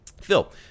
Phil